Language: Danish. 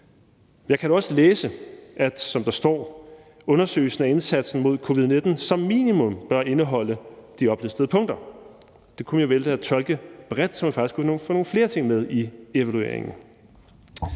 Jeg kan dog også læse, at undersøgelsen af indsatsen mod covid-19 som minimum bør indeholde de oplistede punkter, som der står i forslaget. Det kunne man jo vælge at tolke bredt, så man faktisk kunne få nogle flere ting med i evalueringen.